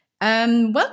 Welcome